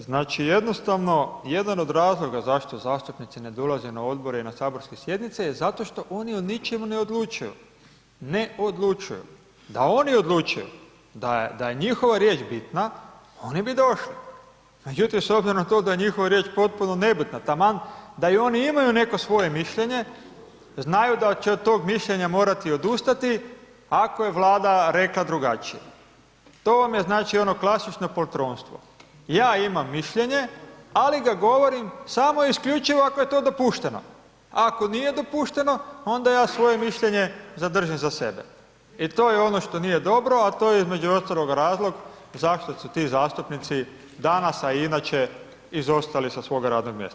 Znači, jednostavno jedan od razloga zašto zastupnici ne dolaze na odbore i na saborske sjednice je zato što oni o ničemu ne odlučuju, ne odlučuju, da oni odlučuju, da je njihova riječ bitna, oni bi došli, međutim, s obzirom na to da je njihova riječ potpuno nebitna, taman da i oni imaju neko svoje mišljenje, znaju da će od tog mišljenja morati odustati ako je Vlada rekla drugačije, to vam je, znači, ono klasično poltronstvo, ja imam mišljenje, ali ga govorim samo isključivo ako je to dopušteno, a ako nije dopušteno, onda ja svoje mišljenje zadržim za sebe i to je ono što nije dobro, a to je između ostalog razlog zašto su ti zastupnici danas, a i inače izostali sa svoga radnog mjesta.